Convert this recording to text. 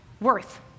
worth